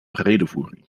redevoering